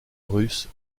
russe